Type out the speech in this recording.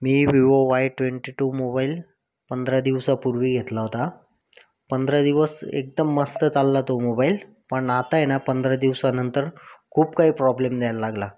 मी Vivo Y twenty two mobile पंधरा दिवसापूर्वी घेतला होता पंधरा दिवस एकदम मस्त चालला तो मोबाईल पण आता आहे ना पंधरा दिवसानंतर खूप काही प्रॉब्लेम द्यायला लागला